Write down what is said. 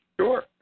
Sure